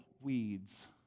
weeds